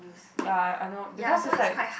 ya I I know because it's like